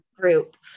group